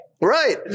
Right